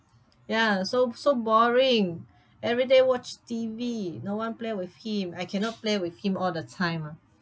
ya so so boring everyday watch T_V no one play with him I cannot play with him all the time mah